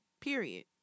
Period